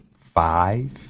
five